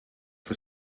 for